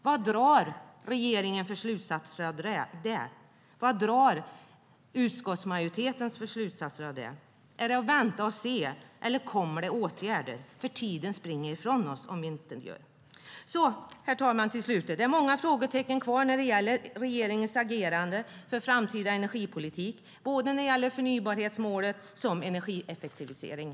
Vad drar regeringen för slutsatser av det? Vad drar utskottsmajoriteten för slutsatser av det? Är det att vänta och se, eller kommer det åtgärder? Tiden springer ifrån oss om vi ingenting gör. Herr talman! Det är många frågetecken kvar när det gäller regeringens agerande för vår framtida energipolitik, både när det gäller förnybarhetsmålet och energieffektiviseringen.